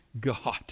God